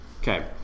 Okay